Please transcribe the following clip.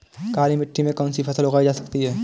काली मिट्टी में कौनसी फसल उगाई जा सकती है?